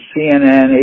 CNN